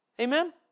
Amen